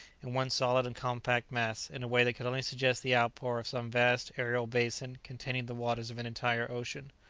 in one solid and compact mass, in a way that could only suggest the outpour of some vast aerial basin containing the waters of an entire ocean.